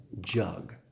jug